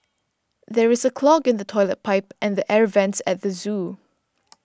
there is a clog in the Toilet Pipe and the Air Vents at the zoo